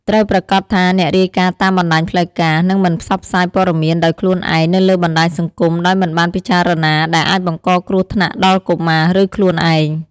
ត្រូវប្រាកដថាអ្នករាយការណ៍តាមបណ្ដាញផ្លូវការ និងមិនផ្សព្វផ្សាយព័ត៌មានដោយខ្លួនឯងនៅលើបណ្ដាញសង្គមដោយមិនបានពិចារណា ដែលអាចបង្កគ្រោះថ្នាក់ដល់កុមារ ឬខ្លួនឯង។